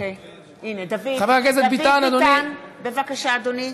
חבר הכנסת ביטן, אדוני,